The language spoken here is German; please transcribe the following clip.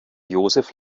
joseph